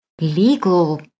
legal